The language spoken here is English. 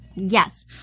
Yes